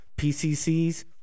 PCCs